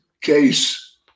case